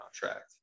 contract